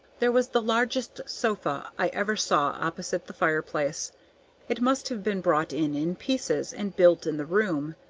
there was the largest sofa i ever saw opposite the fireplace it must have been brought in in pieces, and built in the room.